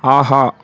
ஆஹா